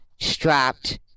strapped